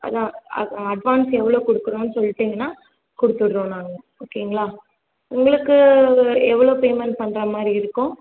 அதான் அட் அட்வான்ஸ் எவ்வளோ கொடுக்கணுன்னு சொல்லிட்டீங்கன்னா கொடுத்துடுறோம் நாங்கள் ஓகேங்களா உங்களுக்கு எவ்வளோ பேமெண்ட் பண்றாமாதிரி இருக்கும்